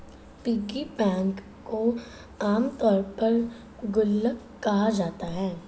piggy bank को आमतौर पर गुल्लक कहा जाता है